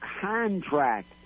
contract